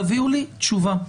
תביאו לי תשובה.